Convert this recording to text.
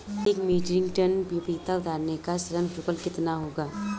एक metric ton पपीता उतारने का श्रम शुल्क कितना होगा?